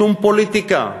שום פוליטיקה,